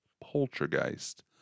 poltergeist